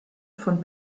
von